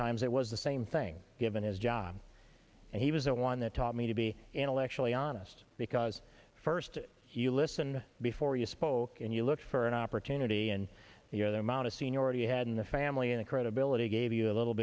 times it was the same thing given his job and he was the one that taught me to be intellectually honest because first you listen before you spoke and you look for an opportunity and the other amount of seniority you had in the family and credibility gave you a little